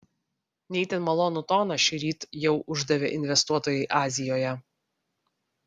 ne itin malonų toną šįryt jau uždavė investuotojai azijoje